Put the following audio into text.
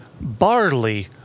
barley